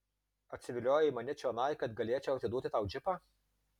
atsiviliojai mane čionai kad galėčiau atiduoti tau džipą